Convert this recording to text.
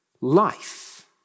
life